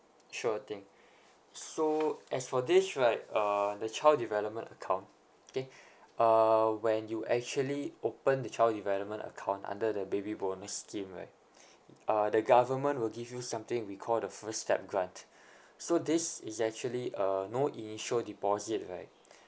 sure thing so as for this right uh the child development account okay uh when you actually open the child development account under the baby bonus scheme right uh the government will give you something we call the first step grant so this is actually uh you know initial deposit right